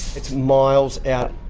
it's miles out.